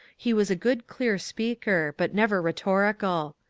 he was a good clear speaker, but never rhetorical.